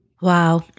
Wow